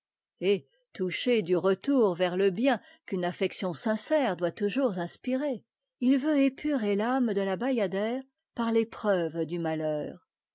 et touché du retour vers le bien qu'une affection sincère doit toujours inspirer il veut épurer l'âme de la bayadère par l'épreuve du malheur